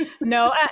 No